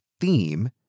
theme